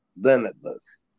limitless